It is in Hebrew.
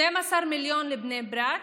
12 מיליון לבני ברק,